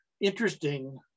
Interesting